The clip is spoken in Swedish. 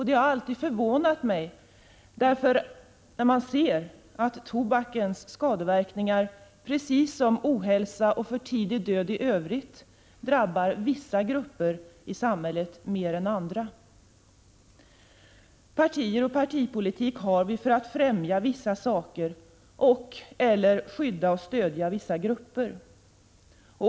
Det har alltid förvånat mig, därför att jag vet att tobakens skadeverkningar, precis som ohälsa och för tidig död i övrigt, drabbar vissa grupper mer än andra. Partier och partipolitik har vi för att främja vissa saker, och/eller skydda och stödja vissa grupper.